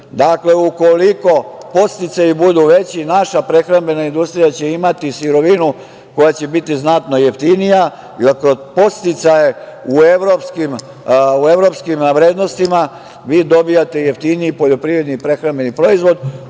državi. Dakle, ukoliko podsticaji budu veći, naša prehrambena industrija će imati sirovinu koja će biti znatno jeftinija, jer kod podsticaja u evropskim vrednostima vi dobijate jeftiniji poljoprivredni i prehrambeni proizvod,